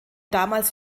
damals